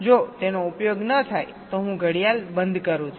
જો તેનો ઉપયોગ ન થાય તો હું ઘડિયાળ બંધ કરું છું